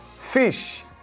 fish